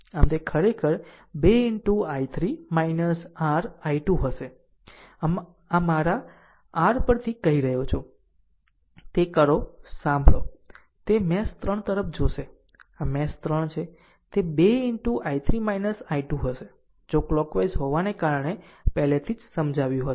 આમ તે ખરેખર 2 into I3 r I2 હશે ફક્ત મારા r પરથી કહી રહ્યો છું તે કરો સાંભળો તે મેશ 3 તરફ જોશે આ મેશ 3 છે તે 2 into I3 I2 હશે જો કલોકવાઈઝ હોવાને કારણે પહેલેથી જ સમજાવ્યું હશે